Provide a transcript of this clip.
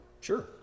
Sure